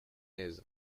aise